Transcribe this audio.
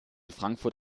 frankfurt